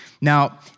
Now